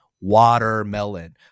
watermelon